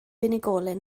unigolyn